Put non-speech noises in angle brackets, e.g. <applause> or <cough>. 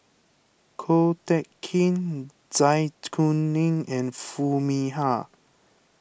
Ko Teck Kin Zai <unintelligible> Kuning and Foo Mee Har